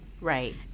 right